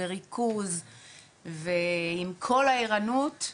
בריכוז ועם כל הערנות,